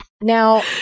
Now